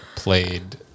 played